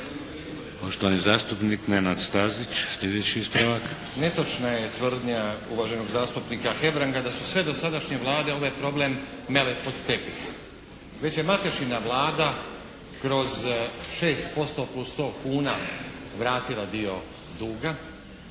Poštovani zastupnik Nenad Stazić, slijedeći ispravak. **Stazić, Nenad (SDP)** Netočna je tvrdnja uvaženog zastupnika Hebranga da su sve dosadašnje Vlade ovaj problem mele pod tepih. Mislim Matešina Vlada kroz 6% plus 100 kuna vratila dio duga,